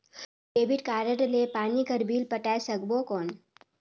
Debit card ले पानी कर बिल पटाय सकबो कौन?